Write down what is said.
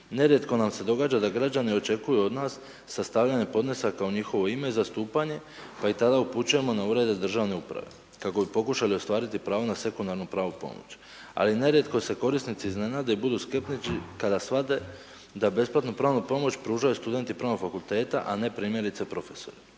nerijetko nam se događa da građani očekuju od nas sastavljenoj podnesaka u njihovo ime i zastupanje, pa ih tada upućujemo na urede državne uprave. Kako bi pokušali ostvariti prava na sekundarnu, pravnu pomoć. Ali nerijetko se korisnici iznenade i budu …/Govornik se ne razumije./… kada shvate da besplatnu pravnu pomoć pružaju studenti pravnog fakulteta a ne primjerice profesori.